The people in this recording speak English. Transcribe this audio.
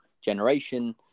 generation